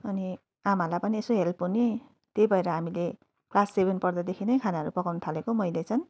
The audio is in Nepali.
अनि आमाहरूलाई पनि यसो हेल्प हुने त्यही भएर हामीले क्लास सेभेन पढ्दादेखि नै खानाहरू पकाउनु थालेको मैले चाहिँ